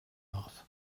off